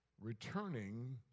returning